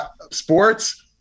Sports